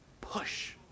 Push